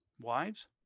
Wives